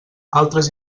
altres